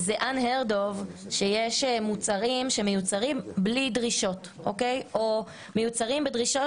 זה אן-הרד אוף שיש מוצרים שמיוצרים בלי דרישות או מיוצרים בדרישות